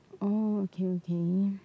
oh okay okay